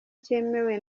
cyemewe